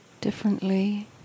differently